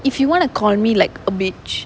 if you want to call me like a bitch